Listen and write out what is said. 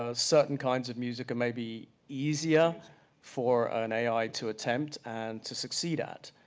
ah certain kinds of music may be easier for an ai to attempt, and to succeed at,